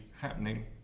happening